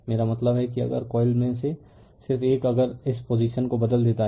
मेरा मतलब है कि अगर कॉइल में से सिर्फ एक अगर इस पोजीशन को बदल देता है